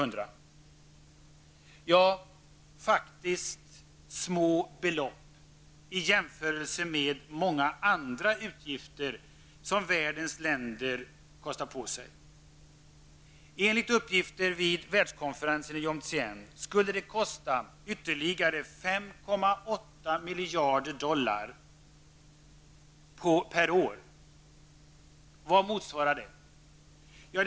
Det rör sig faktiskt om små belopp i jämförelse med många andra utgifter som världens länder kostar på sig. Enligt uppgifter vid världskonferensen i Jomtien skulle det kosta ytterligare 5,8 miljarder US-dollar per år. Vad motsvarar det?